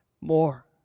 more